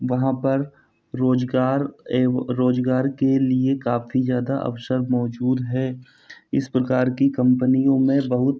वहाँ पर रोज़गार एव रोज़गार के लिए काफ़ी ज़्यादा अवसर मौजूद है इस प्रकार की कम्पनियों में बहुत